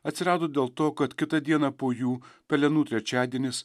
atsirado dėl to kad kitą dieną po jų pelenų trečiadienis